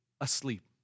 Asleep